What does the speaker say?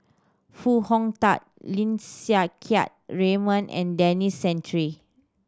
Foo Hong Tatt Lim Siang Keat Raymond and Denis Santry